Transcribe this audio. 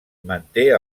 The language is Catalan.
manté